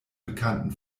bekannten